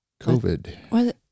COVID